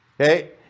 Okay